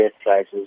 prices